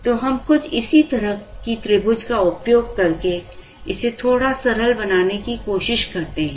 तो हम कुछ इसी तरह की त्रिभुज का उपयोग करके इसे थोड़ा सरल बनाने की कोशिश करते हैं